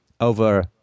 over